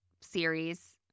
Series